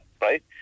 right